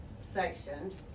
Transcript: section